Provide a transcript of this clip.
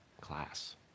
class